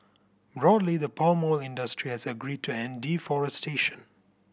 broadly the palm oil industry has agreed to end deforestation